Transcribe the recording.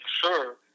sure